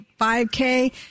5K